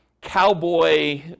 cowboy